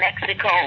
Mexico